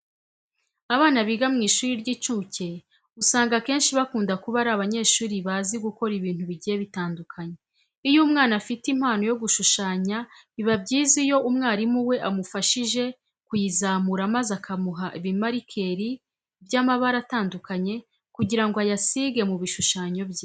Abana biga mu mashuri y'incuke usanga akenshi bakunda kuba ari abanyeshuri bazi gukora ibintu bigiye bitandukanye. Iyo umwana afite impano yo gushushanya biba byiza iyo umwarimu we amufashishije kuyizamura maze akamuha ibimarikeri by'amabara atandukanye kugira ngo ayasige mu bishushanyo bye.